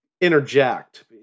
interject